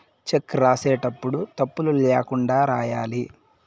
check రాసేటప్పుడు తప్పులు ల్యాకుండా రాయాలి